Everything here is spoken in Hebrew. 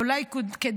אבל אולי כדאי,